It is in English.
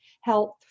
Health